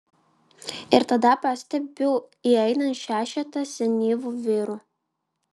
ir tada pastebiu įeinant šešetą senyvų vyrų